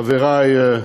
חברי.